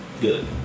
Good